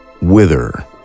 Wither